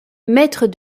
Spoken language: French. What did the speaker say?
maître